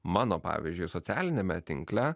mano pavyzdžiui socialiniame tinkle